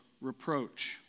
reproach